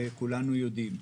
כולנו יודעים.